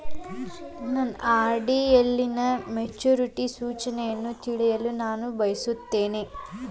ನನ್ನ ಆರ್.ಡಿ ಯಲ್ಲಿನ ಮೆಚುರಿಟಿ ಸೂಚನೆಯನ್ನು ತಿಳಿಯಲು ನಾನು ಬಯಸುತ್ತೇನೆ